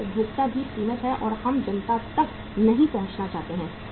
हमारे उपभोक्ता भी सीमित हैं और हम जनता तक नहीं पहुंचना चाहते हैं